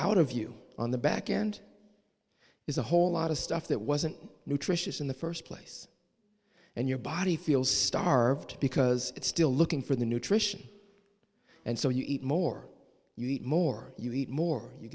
out of you on the back end is a whole lot of stuff that wasn't nutritious in the first place and your body feels starved because it's still looking for the nutrition and so you eat more you eat more you eat more you